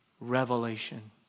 Revelation